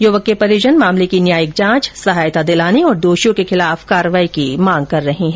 युवक के परिजन मामले की न्यायिक जांच सहायता दिलाने और दोषियों के खिलाफ कार्रवाई की मांग कर रहे है